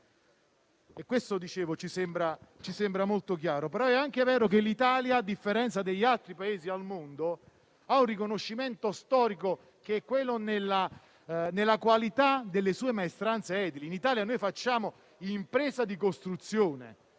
E questo ci sembra molto chiaro. È però anche vero che l'Italia, a differenza di altri Paesi, ha un riconoscimento storico nella qualità delle sue maestranze edili. In Italia noi facciamo impresa di costruzione.